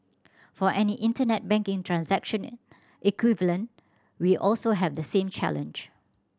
for any Internet banking transaction equivalent we also have the same challenge